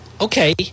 Okay